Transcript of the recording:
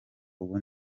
ubu